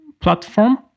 platform